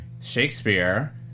Shakespeare